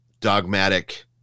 dogmatic